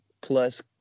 plus